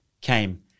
came